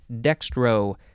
dextro